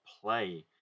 Play